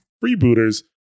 Freebooters